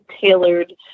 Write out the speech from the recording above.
tailored